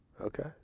Okay